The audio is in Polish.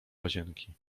łazienki